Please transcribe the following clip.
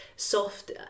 Soft